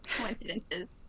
coincidences